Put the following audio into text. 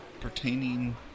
pertaining